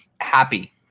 happy